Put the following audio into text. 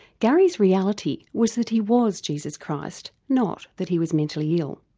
gary's reality was that he was jesus christ, not that he was mentally ill.